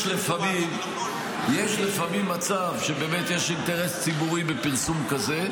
יש לפעמים מצב שיש אינטרס ציבורי בפרסום כזה,